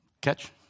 Catch